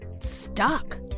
stuck